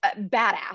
badass